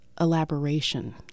elaboration